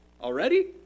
already